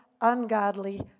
ungodly